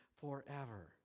forever